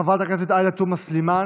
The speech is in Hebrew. חברת הכנסת עאידה תומא סלימאן,